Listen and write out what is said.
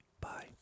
Bye